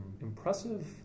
impressive